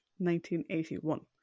1981